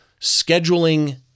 scheduling